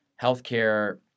healthcare